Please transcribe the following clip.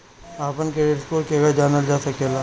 अपना credit score केगा जानल जा सकेला?